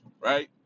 right